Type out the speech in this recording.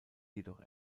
jedoch